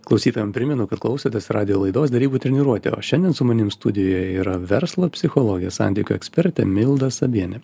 klausytojam primenu kad klausotės radijo laidos derybų treniruotė o šiandien su manim studijoje yra verslo psichologė santykių ekspertė milda sabienė